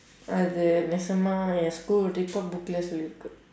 uh the national ya school report booklet